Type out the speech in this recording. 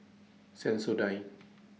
Sensodyne